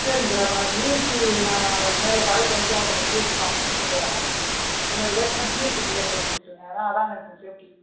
சரிங்க சார் அப்போ நான் ஜிஎஸ்டி நான் நேரில் கடைக்கு வந்துவிட்டு உங்களுக்கு ஜிஎஸ்டி ஃபார்ம் கொடுத்துட்டு போகிறேன் நீங்கள் அதுக்கேற்ற மாதிரி ஜிஎஸ்டி பில்லே போட்டு கொடுத்துருங்க ஏன்னா அதான் எனக்கு கொஞ்சம் சேஃப்டி